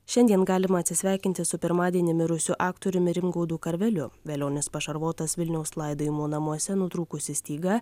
šiandien galima atsisveikinti su pirmadienį mirusiu aktoriumi rimgaudu karveliu velionis pašarvotas vilniaus laidojimo namuose nutrūkusi styga